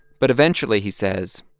but eventually, he says,